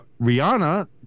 rihanna